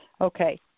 Okay